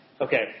Okay